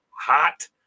hot